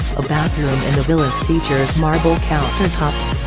a bathroom in the villas features marble countertops,